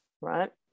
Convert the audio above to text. Right